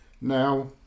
Now